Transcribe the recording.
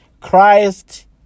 Christ